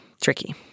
tricky